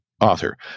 author